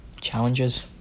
Challenges